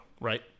right